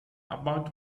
about